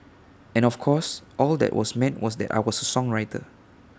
and of course all that was meant was that I was A songwriter